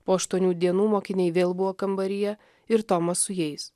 po aštuonių dienų mokiniai vėl buvo kambaryje ir tomas su jais